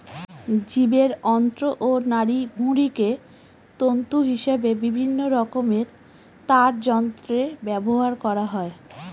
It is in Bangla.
জীবের অন্ত্র ও নাড়িভুঁড়িকে তন্তু হিসেবে বিভিন্নরকমের তারযন্ত্রে ব্যবহার করা হয়